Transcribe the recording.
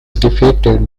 defeated